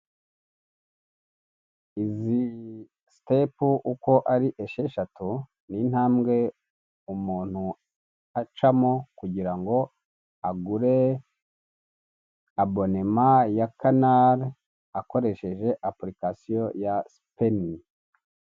Izi sitepu uko ari esheshatu n'intambwe umuntu acamo kugira ngo agure abonema ya kanari akoresheje apurikasiyo ya sipeni.